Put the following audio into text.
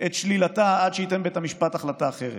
את שלילתה עד שייתן בית המשפט החלטה אחרת.